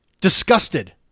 Disgusted